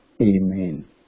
Amen